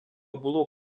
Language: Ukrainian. було